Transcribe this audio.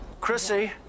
Chrissy